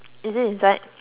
is it inside